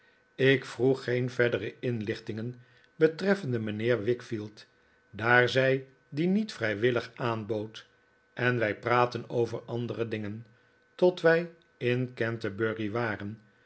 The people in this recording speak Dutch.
ik vroeg geen verdere inlichtingen betreffende mijnheer wickfield daar zij die niet vrijwillig aanbood en wij praatten over andere dingen tot wij in canterbury kwamen